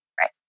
Right